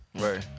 Right